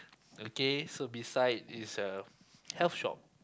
okay so beside is a health shop